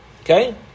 Okay